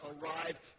arrive